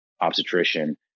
obstetrician